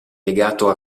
legato